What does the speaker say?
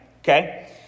okay